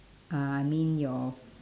uh I mean your